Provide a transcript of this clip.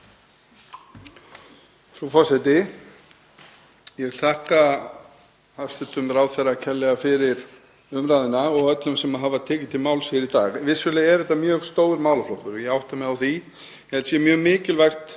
Frú forseti. Ég vil þakka hæstv. ráðherra kærlega fyrir umræðuna og öllum sem hafa tekið til máls hér í dag. Vissulega er þetta mjög stór málaflokkur og ég átta mig á því,